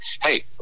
hey